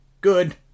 good